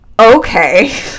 okay